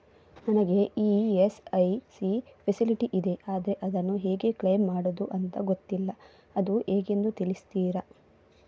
ನನಗೆ ESIC facility ಇದೆ ಆದ್ರೆ ಅದನ್ನು ಹೇಗೆ ಕ್ಲೇಮ್ ಮಾಡೋದು ಅಂತ ಗೊತ್ತಿಲ್ಲ ಅದು ಹೇಗೆಂದು ತಿಳಿಸ್ತೀರಾ?